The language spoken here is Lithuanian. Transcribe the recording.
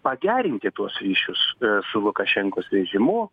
pagerinti tuos ryšius su lukašenkos režimu